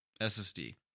SSD